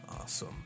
Awesome